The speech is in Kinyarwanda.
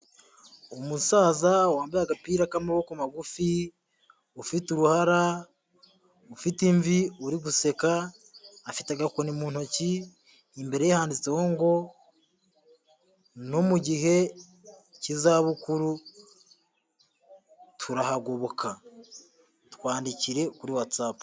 Umusaza wambaye agapira k'amaboko magufi, ufite uruhara, ufite imvi uri guseka, afite agakoni mu ntoki, imbere yanditse ngo no mu gihe cy'izabukuru turahagoboka, twandikire kuri Whatsapp.